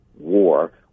war